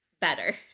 better